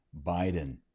Biden